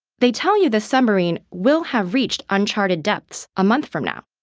they tell you the submarine will have reached uncharted depths a month from now.